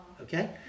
Okay